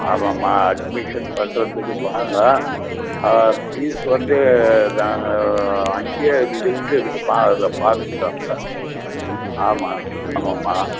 ஆமாம்மா அட்மிஷன் பண்ணுறத்துக்கு வாங்க பீஸ் வந்து நாங்கள் அங்கேயே லிஸ்ட்டிருக்குமா அதில் பார்த்துக்கோங்க ஆமாம் ஆமாம்மா